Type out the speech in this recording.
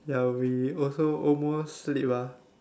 ya we also almost sleep ah